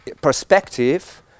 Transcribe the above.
perspective